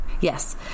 Yes